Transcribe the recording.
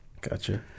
Gotcha